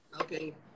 Okay